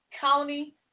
county